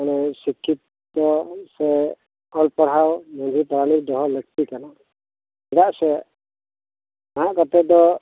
ᱥᱤᱠᱠᱷᱤᱛᱚ ᱥᱮ ᱚᱞ ᱯᱟᱲᱦᱟᱣ ᱢᱚᱫᱽᱫᱷᱮ ᱨᱮ ᱫᱚᱦᱚ ᱞᱟᱹᱠᱛᱤ ᱠᱟᱱᱟ ᱪᱮᱫᱟᱜ ᱥᱮ ᱱᱟᱦᱟᱜ ᱠᱟᱛᱮ ᱫᱚ